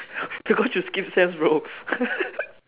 because you skip sems bro